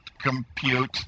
compute